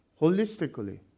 holistically